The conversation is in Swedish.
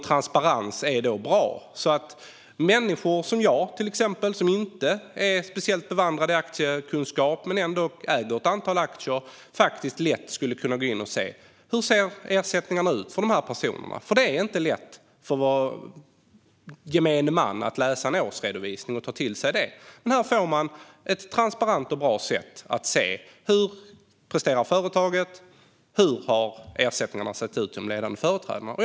Transparens är därför bra för att människor som jag, till exempel, som inte är speciellt bevandrade i aktiekunskap men som ändå äger ett antal aktier, lätt ska kunna gå in och se hur ersättningarna ser ut för de här personerna. Det är inte lätt för gemene man att läsa och ta till sig en årsredovisning, men här får man på ett transparent och bra sätt se hur företaget presterar och hur ersättningarna till ledande företrädare sett ut.